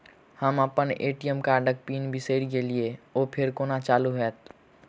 हम अप्पन ए.टी.एम कार्डक पिन बिसैर गेलियै ओ फेर कोना चालु होइत?